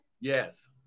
Yes